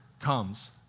comes